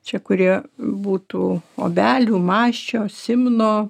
čia kurie būtų obelių masčio simno